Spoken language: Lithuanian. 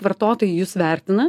vartotojai jus vertina